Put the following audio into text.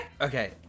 Okay